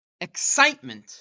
excitement